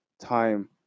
time